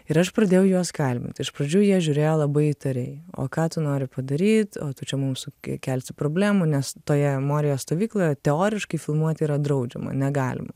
ir aš pradėjau juos kalbint iš pradžių jie žiūrėjo labai įtariai o ką tu nori padaryt o tu čia mum su kekelsi problemų nes toje morijos stovykloje teoriškai filmuoti yra draudžiama negalima